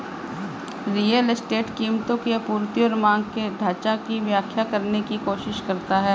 real estate कीमतों की आपूर्ति और मांग के ढाँचा की व्याख्या करने की कोशिश करता है